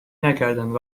نکردند